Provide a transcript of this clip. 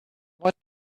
what